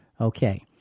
Okay